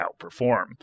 outperform